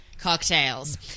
Cocktails